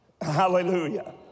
Hallelujah